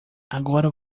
agora